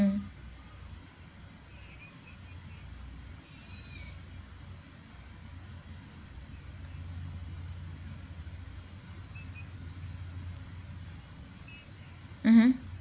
mmhmm